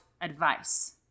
advice